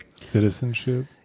Citizenship